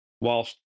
whilst